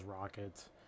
Rockets